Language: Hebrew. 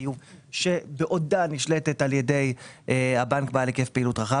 החיוב שבעודה נשלטת על ידי הבנק בעל היקף פעילות רחב,